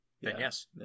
Yes